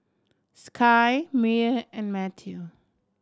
Sky Meyer and Mathew